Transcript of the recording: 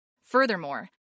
Furthermore